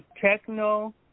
techno